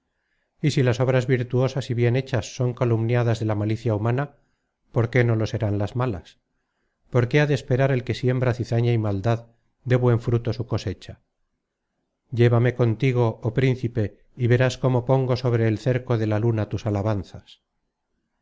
y si las obras virtuosas y bien hechas son calumniadas de la malicia humana por qué no lo serán las malas por qué ha de esperar el que siembra zizaña y maldad dé buen fruto su cosecha llévame contigo oh príncipe y verás cómo pongo sobre el cerco de la luna tus alabanzas